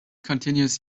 continues